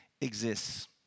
exists